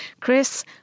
Chris